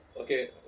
Okay